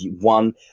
one